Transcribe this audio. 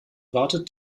wartet